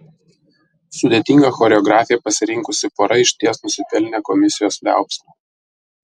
sudėtingą choreografiją pasirinkusi pora išties nusipelnė komisijos liaupsių